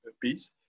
piece